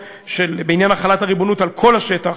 בעניין החלת הריבונות על כל השטח,